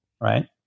right